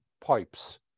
pipes